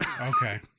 Okay